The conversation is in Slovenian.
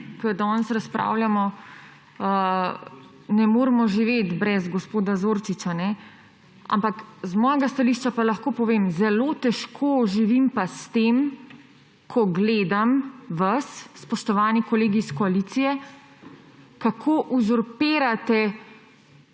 ko danes razpravljamo, ne moremo živeti brez gospoda Zorčiča. Ampak s svojega stališča pa lahko povem, zelo težko živim pa s tem, ko gledam vas, spoštovani kolegi iz koalicije, kako uzurpirate